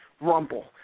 Rumble